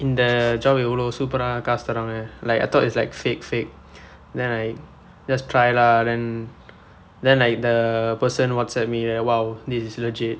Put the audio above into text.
இந்த:indtha job இந்த இவ்வளவு சூப்பரா காசு தராங்க:indtha ivvalavu superaa kaasu tharaangka like I thought is like fake fake then I just try lah then then like the person Whatsapp me then !wow! this is legit